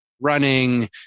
running